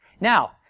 Now